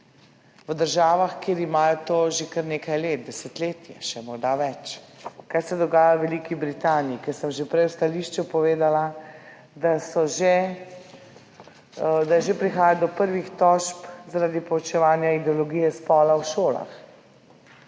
v državah, kjer imajo to že kar nekaj let, desetletje, morda še več. Kaj se dogaja v Veliki Britaniji, kjer sem že prej v stališču povedala, da že prihaja do prvih tožb zaradi poučevanja ideologije spola v šolah